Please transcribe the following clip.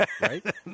Right